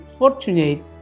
fortunate